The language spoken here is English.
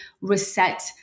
reset